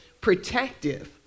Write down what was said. protective